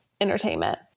entertainment